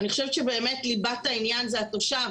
אני חושבת שליבת העניין זה התושב